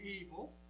evil